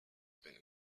been